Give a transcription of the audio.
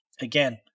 again